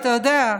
אתה יודע,